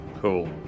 Cool